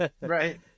Right